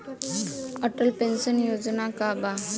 Atal pension योजना का बा?